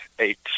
Eight